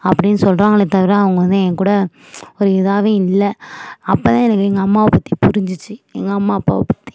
அப்படின்னு சொல்லுறாங்களே தவிர அவங்க வந்து ஏன்கூட ஒரு இதாகவே இல்லை அப்ப தான் எனக்கு எங்கள் அம்மாவை பற்றி புரிஞ்சிச்சு எங்கள் அம்மா அப்பாவை பற்றி